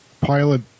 Pilot